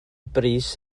brys